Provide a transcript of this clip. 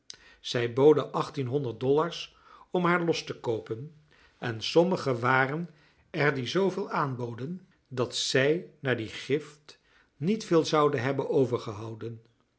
zij boden achttienhonderd dollars om haar los te koopen en sommigen waren er die zooveel aanboden dat zij na die gift niet veel zouden hebben